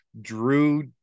drew